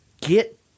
get